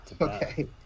okay